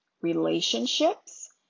Relationships